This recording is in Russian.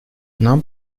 нам